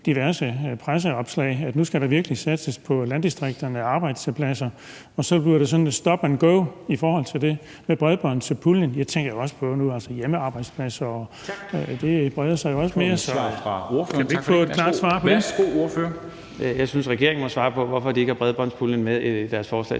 diverse presseopslag, at nu skal der virkelig satses på landdistrikterne og skabes arbejdspladser, og så bliver det sådan et stop and go i forhold til det med bredbåndspuljen. Jeg tænker også her på hjemmearbejdspladser – det breder sig jo også mere og mere. Kan vi ikke få et klart svar på det? Kl. 14:09 Formanden (Henrik Dam Kristensen): Værsgo